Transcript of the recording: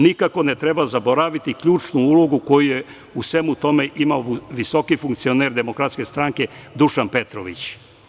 Nikako ne treba zaboraviti ključnu ulogu koju je u svemu tome imao visoki funkcioner DS Dušan Petrović.